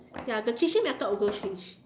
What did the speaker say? ya the teaching method also change